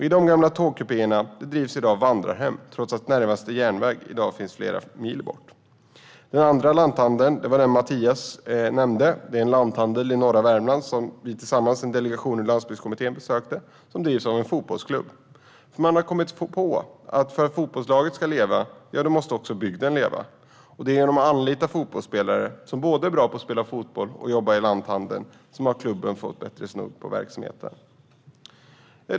I de gamla tågkupéerna drivs i dag vandrarhem trots att närmaste järnväg finns flera mil bort. Den andra lanthandeln, som även Mattias nämnde, ligger i norra Värmland, och den besökte jag tillsammans med en delegation från landsbygdskommittén. Lanthandeln drivs av en fotbollsklubb. De har kommit på att för att fotbollslaget ska leva måste också bygden leva. Och genom att anlita fotbollsspelare som både är bra på att spela fotboll och på att jobba i lanthandel har klubben fått bättre snurr på verksamheten.